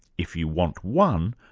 if you want one,